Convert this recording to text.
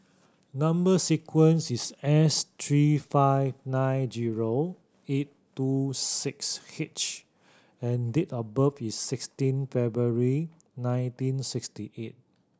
number sequence is S three five nine zero eight two six H and date of birth is sixteen February nineteen sixty eight